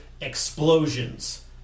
explosions